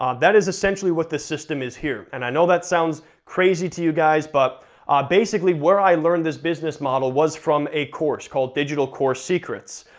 um that is essentially what this system is here, and i know that sound crazy to you guys, but basically where i learned this business model was from a course, called digital course secrets.